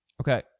Okay